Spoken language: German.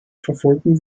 verfolgen